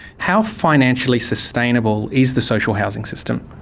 how financially sustainable is the social housing system?